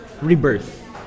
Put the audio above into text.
rebirth